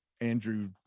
Andrew